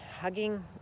Hugging